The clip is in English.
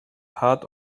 heard